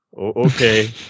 okay